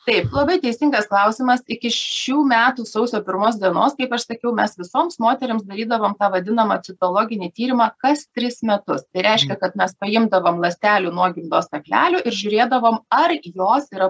taip labai teisingas klausimas iki šių metų sausio pirmos dienos kaip aš sakiau mes visoms moterims darydavom tą vadinamą citologinį tyrimą kas tris metus tai reiškia kad mes paimdavom ląstelių nuo gimdos kaklelio ir žiūrėdavom ar jos yra